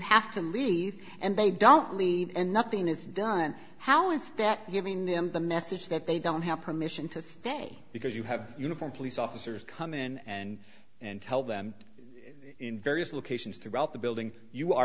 have to leave and they don't leave and nothing is done how is that giving them the message that they don't have permission to stay because you have uniformed police officers come in and and tell them in various locations throughout the building you are